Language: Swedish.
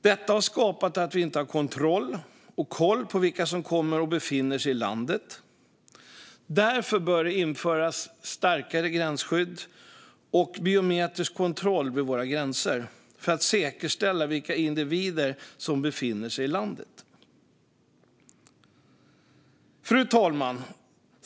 Detta har skapat att vi inte har koll på vilka som kommer till och befinner sig i landet. Därför bör det införas starkare gränsskydd och biometrisk kontroll vid våra gränser för att säkerställa vilka individer som befinner sig i landet. Fru talman!